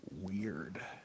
weird